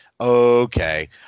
Okay